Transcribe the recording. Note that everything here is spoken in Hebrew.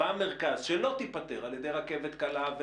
במרכז - שלא תיפתר על ידי רכבת קלה,